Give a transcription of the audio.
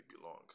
belong